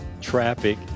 traffic